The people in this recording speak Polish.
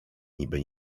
niby